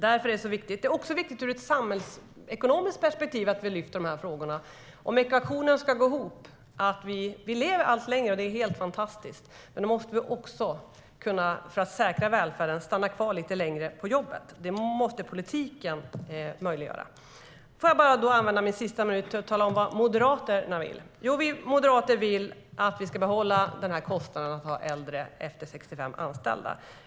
Därför är det viktigt. Jag vill använda min sista minut av talartiden till att tala om vad Moderaterna vill. Vi moderater vill att vi ska behålla kostnaden att ha äldre anställda efter 65 års ålder.